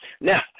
Now